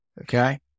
Okay